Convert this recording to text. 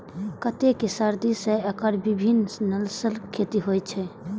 कतेको सदी सं एकर विभिन्न नस्लक खेती होइ छै